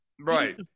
right